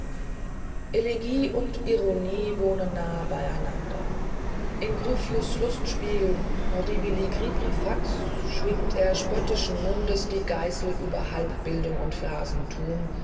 elegie und ironie wohnen nahe beieinander in gryphius lustspiel horribilicribrifax schwingt er spöttischen mundes die geißel über halbbildung und